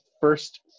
first